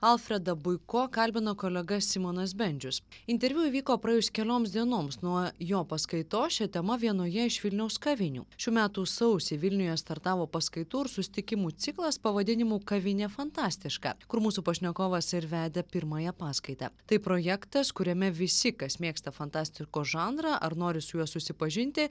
alfredą buiko kalbino kolega simonas bendžius interviu įvyko praėjus kelioms dienoms nuo jo paskaitos šia tema vienoje iš vilniaus kavinių šių metų sausį vilniuje startavo paskaitų ir susitikimų ciklas pavadinimu kavinė fantastiška kur mūsų pašnekovas ir vedė pirmąją paskaitą tai projektas kuriame visi kas mėgsta fantastikos žanrą ar nori su juo susipažinti